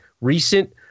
recent